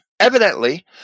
Evidently